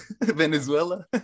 Venezuela